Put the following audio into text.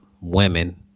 Women